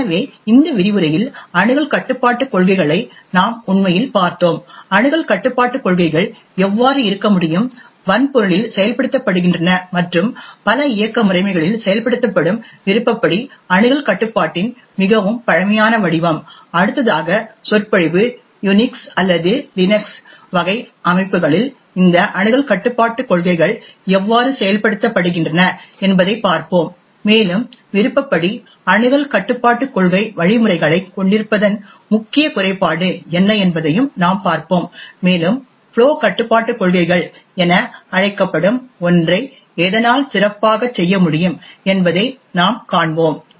எனவே இந்த விரிவுரையில் அணுகல் கட்டுப்பாட்டுக் கொள்கைகளை நாம் உண்மையில் பார்த்தோம் அணுகல் கட்டுப்பாட்டுக் கொள்கைகள் எவ்வாறு இருக்க முடியும் வன்பொருளில் செயல்படுத்தப்படுகின்றன மற்றும் பல இயக்க முறைமைகளில் செயல்படுத்தப்படும் விருப்பப்படி அணுகல் கட்டுப்பாட்டின் மிகவும் பழமையான வடிவம் அடுத்ததாக சொற்பொழிவு யுனிக்ஸ் அல்லது லினக்ஸ் வகை அமைப்புகளில் இந்த அணுகல் கட்டுப்பாட்டுக் கொள்கைகள் எவ்வாறு செயல்படுத்தப்படுகின்றன என்பதைப் பார்ப்போம் மேலும் விருப்பப்படி அணுகல் கட்டுப்பாட்டு கொள்கை வழிமுறைகளைக் கொண்டிருப்பதன் முக்கிய குறைபாடு என்ன என்பதையும் நாம் பார்ப்போம் மேலும் ஃப்ளோ கட்டுப்பாட்டுக் கொள்கைகள் என அழைக்கப்படும் ஒன்றை எதனால் சிறப்பாகச் செய்ய முடியும் என்பதை நாம் காண்போம்